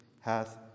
hath